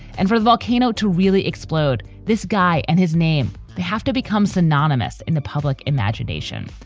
and for the volcano to really explode this guy and his name, they have to become synonymous in the public imagination.